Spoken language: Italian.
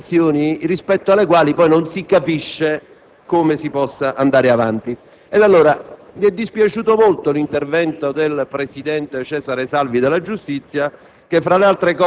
delle posizioni rispetto alle quali poi non si capisce come si possa andare avanti. Mi è dispiaciuto molto l'intervento del presidente della Commissione giustizia